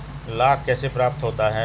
लाख कैसे प्राप्त होता है?